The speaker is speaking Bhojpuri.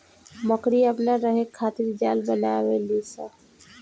मकड़ी अपना रहे खातिर जाल बनावे ली स